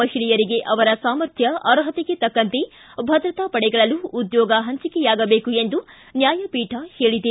ಮಹಿಳೆಯರಿಗೆ ಅವರ ಸಾಮರ್ಥ್ಯ ಅರ್ಹತೆಗೆ ತಕ್ಕಂತೆ ಭದ್ರತಾ ಪಡೆಗಳಲ್ಲೂ ಉದ್ಯೋಗ ಹಂಚಿಕೆಯಾಗಬೇಕು ಎಂದು ನ್ಯಾಯಪೀಠ ಹೇಳಿದೆ